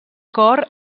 cor